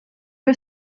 que